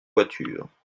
voiture